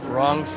Wrong